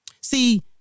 See